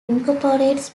incorporates